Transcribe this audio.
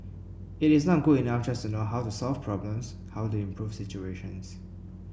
it is not good enough just to know how to solve problems how to improve situations